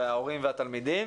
ההורים והתלמידים.